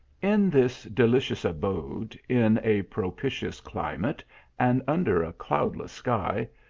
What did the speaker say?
in this delicious abode, in a propitious climate and under a cloudless sky,